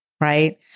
Right